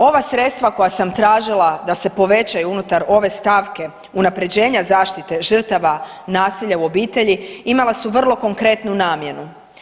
Ova sredstva koja sam tražila da se povećaju unutar ove stavke unaprjeđenja zaštite žrtava nasilja u obitelji imala su vrlo konkretnu namjenu.